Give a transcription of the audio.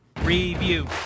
review